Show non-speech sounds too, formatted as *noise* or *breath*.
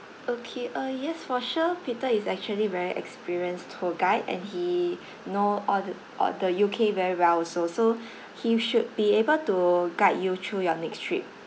okay uh yes for sure peter is actually very experienced tour guide and he *breath* know all the all the U_K very well also so *breath* he should be able to guide you through your next trip